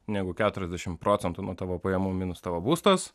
negu keturiasdešimt procentų nuo tavo pajamų minus tavo būstas